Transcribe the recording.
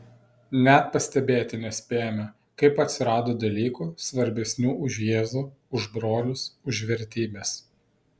net pastebėti nespėjome kaip atsirado dalykų svarbesnių už jėzų už brolius už vertybes